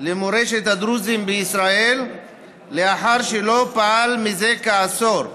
למורשת הדרוזים בישראל לאחר שלא פעל זה כעשור.